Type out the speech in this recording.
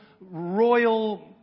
royal